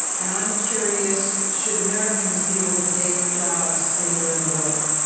and i'm curious should americans be able to take jobs anywhere in the world?